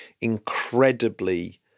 incredibly